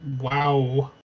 Wow